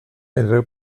unrhyw